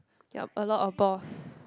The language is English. yup a lot of balls